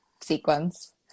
sequence